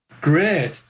great